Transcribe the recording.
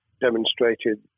demonstrated